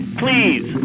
please